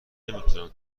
نمیتونم